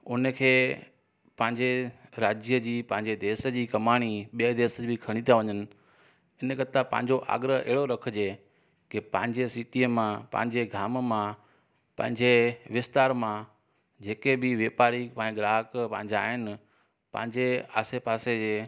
उनखे पंहिंजे राज्य जी पंहिंजे देश जी कमाणी ॿिए देश जी खणी था वञनि इनखे त पंहिंजो अघि अहिड़ो रखिजे के पंहिंजे रिश्तेदार मां पंहिंजे गाम मां पंहिंजे विस्तार मां जेके बि व्यापारी पंहुंजे ग्राहक पंहिंजा आहिनि पंहिंजे आसे पासे जे